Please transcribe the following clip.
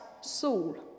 Saul